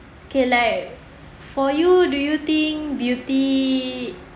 okay like for you do you think beauty